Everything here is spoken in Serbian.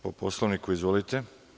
Po Poslovniku, izvolite.